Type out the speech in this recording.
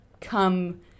come